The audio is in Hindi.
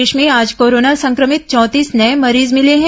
प्रदेश में आज कोरोना संक्रमित चौंतीस नए मरीज मिले हैं